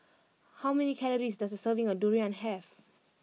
how many calories does a serving of durian have